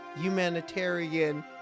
humanitarian